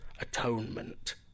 Atonement